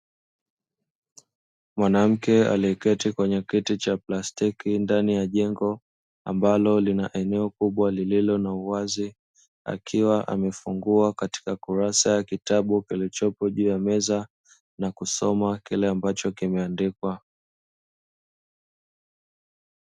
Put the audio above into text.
Mwanamke aliyeketi kwenye kiti cha plastiki, ndani ya jengo ambalo lina eneo kubwa lililo na uwazi, akiwa amefungua katika kurasa ya kitabu kilichopo juu ya meza na kusoma kile ambacho kimeandikwa.